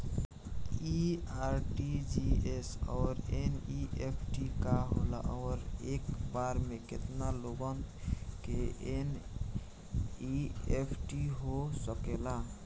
इ आर.टी.जी.एस और एन.ई.एफ.टी का होला और एक बार में केतना लोगन के एन.ई.एफ.टी हो सकेला?